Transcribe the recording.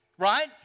Right